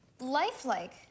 lifelike